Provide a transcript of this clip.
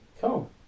Cool